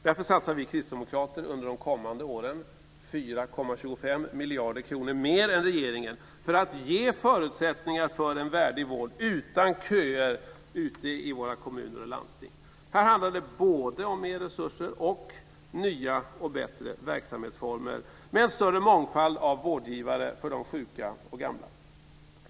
Därför satsar vi kristdemokrater under de kommande åren 4,25 miljarder kronor mer än regeringen för att ge förutsättningar för en värdig vård utan köer ute i våra kommuner och landsting. Här handlar det både om mer resurser och nya och bättre verksamhetsformer med en större mångfald av vårdgivare för de sjuka och gamla.